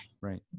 right